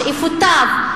שאיפותיו,